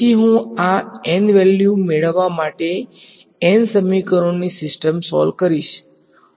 તેથી હું આ n વેલ્યુ મેળવવા માટે n સમીકરણોની સિસ્ટમ સોલ્વ કરીશ